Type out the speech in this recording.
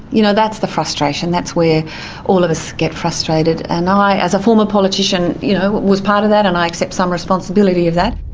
you know, that's the frustration. that's where all of us get frustrated and i, as a former politician, you know, was part of that, and i accept some responsibility of that.